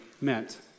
meant